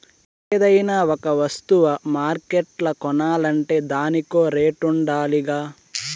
ఏదైనా ఒక వస్తువ మార్కెట్ల కొనాలంటే దానికో రేటుండాలిగా